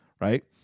right